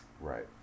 Right